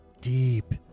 deep